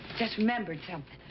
just remembered something.